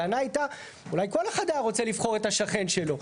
הטענה הייתה אולי כל אחד היה רוצה לבחור את השכן שלו.